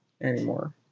anymore